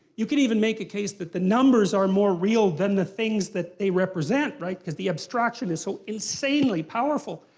you can even make a case that the numbers are more real than the things that they represent, right? because the abstraction is so insanely powerful.